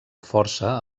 força